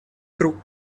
круг